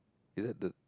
is it the